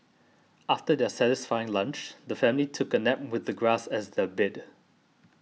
after their satisfying lunch the family took a nap with the grass as their bed